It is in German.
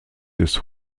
des